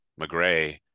McGray